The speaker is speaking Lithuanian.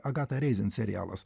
agata reizen serialas